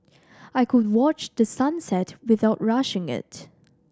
I could watch the sun set without rushing it